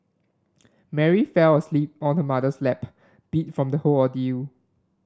Mary fell asleep on her mother's lap beat from the whole ordeal